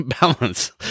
balance